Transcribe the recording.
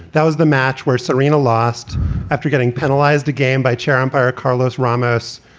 that was the match where serena lost after getting penalized a game by chair umpire carlos ramos.